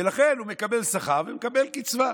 ולכן הוא מקבל שכר ומקבל קצבה.